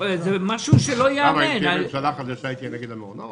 אם יקימו ממשלה חדשה היא תהיה נגד המעונות?